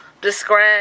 describe